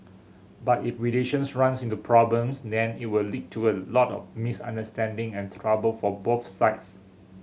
but if relations runs into problems then it will lead to a lot of misunderstanding and trouble for both sides